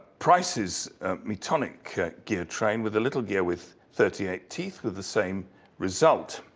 price's metonic gear train, with a little gear with thirty eight teeth with the same result.